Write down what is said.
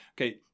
Okay